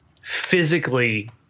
physically